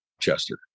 Chester